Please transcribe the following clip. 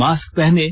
mask पहनें